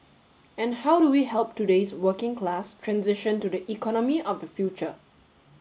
and how do we help today's working class transition to the economy of the future